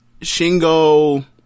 shingo